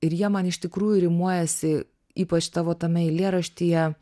ir jie man iš tikrųjų rimuojasi ypač tavo tame eilėraštyje